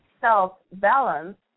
self-balance